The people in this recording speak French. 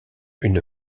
une